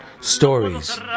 stories